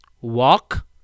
walk